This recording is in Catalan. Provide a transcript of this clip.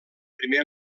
primer